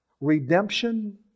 Redemption